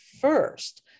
first